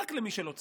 רק למי שלא צריך.